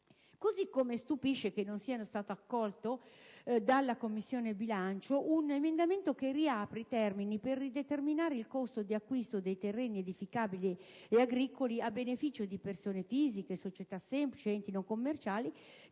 Così come stupisce che non sia stato accolto dalla Commissione bilancio un emendamento che riapre i termini per rideterminare il costo di acquisto dei terreni edifìcabili e agricoli, a beneficio di persone fisiche, società semplici ed enti non commerciali